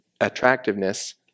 attractiveness